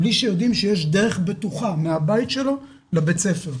בלי שיודעים שיש דרך בטוחה מהבית שלו לבית הספר.